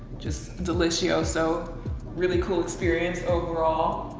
just delicious. yeah ah so really cool experience overall.